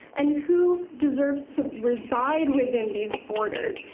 and who deserves to reside within these borders,